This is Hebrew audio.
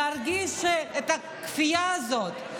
להרגיש את הכפייה הזאת,